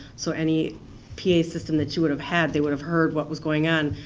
so any pa system that you would have had, they would have heard what was going on.